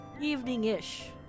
Evening-ish